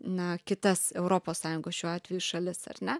na kitas europos sąjungos šiuo atveju šalis ar ne